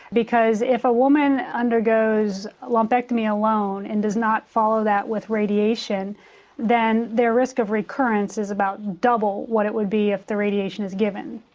because if a woman undergoes lumpectomy alone and does not follow that with radiation then their risk of recurrence is about double what it would be if the radiation is given.